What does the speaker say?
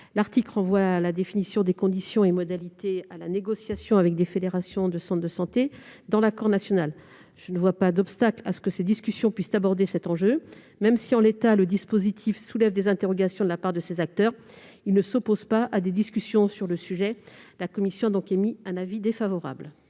L'article renvoie la définition des conditions et modalités à la négociation avec les fédérations de centres de santé dans le cadre de l'accord national. Je ne vois pas d'obstacle à ce que ces discussions puissent aborder cet enjeu. Même si, en l'état, le dispositif soulève des interrogations de la part de ces acteurs, il ne s'oppose pas à des discussions sur le sujet. La commission a donc émis un avis défavorable